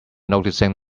noticing